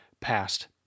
passed